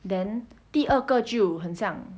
then 第二个就很像